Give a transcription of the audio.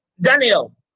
Daniel